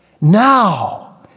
Now